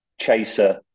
chaser